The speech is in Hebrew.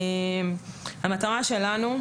המטרה שלנו,